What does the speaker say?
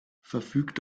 verfügt